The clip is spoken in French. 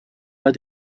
pas